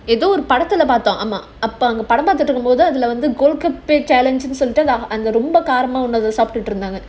ஏதோ ஒரு படத்துல பார்த்தேன்:edho oru padathula paarthaen challenge சொல்லிட்டு ரொம்ப காரமா சாப்பிட்டு இருந்தாங்க:sollitu romba kaarama saaptutu itunthaanga